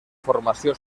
formació